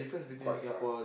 quite hard